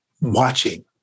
watching